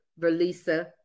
Verlisa